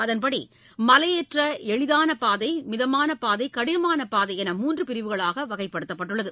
அதன்படி மலையேற்றம் எளிதான பாதை மிதமான பாதை கடினமான பாதை என மூன்று பிரிவுகளாக வகைப்படுத்தப்பட்டுள்ளது